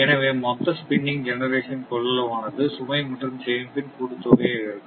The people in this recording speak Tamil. எனவே மொத்த ஸ்பின்னிங் ஜெனரேஷன் கொள்ளளவு ஆனது சுமை மற்றும் சேமிப்பின் கூட்டுத் தொகையாக இருக்கும்